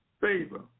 favor